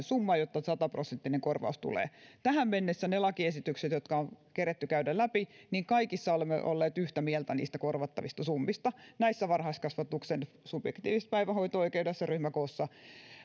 summa jotta sataprosenttinen korvaus tulee ja tähän mennessä kaikissa niissä lakiesityksissä jotka on keretty käydä läpi olemme olleet yhtä mieltä niistä korvattavista summista niin varhaiskasvatuksen subjektiivisessa päivähoito oikeudessa ja ryhmäkooissa